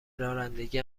رانندگی